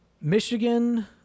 Michigan